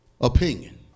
opinion